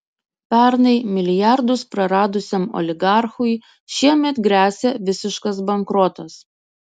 pernai milijardus praradusiam oligarchui šiemet gresia visiškas bankrotas